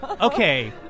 Okay